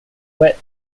width